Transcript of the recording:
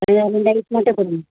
இந்த ஐஸ் மட்டும் போடுங்க